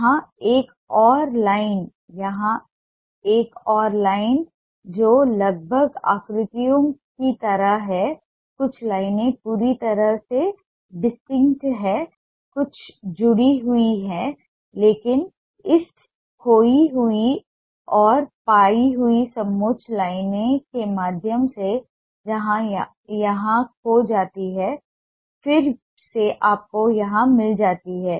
यहाँ एक और लाइन यहाँ एक और लाइन जो लगभग आकृतियों की तरह है कुछ लाइनें पूरी तरह से डिस्कनेक्ट हैं कुछ जुड़ी हुई हैं लेकिन इस खोई हुई और पाया हुई समोच्च लाइन के माध्यम से जहाँ यह यहाँ खो जाती है फिर से आपको यहाँ मिल जाती है